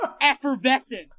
effervescence